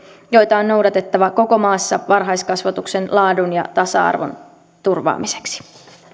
joita on noudatettava koko maassa varhaiskasvatuksen laadun ja tasa arvon turvaamiseksi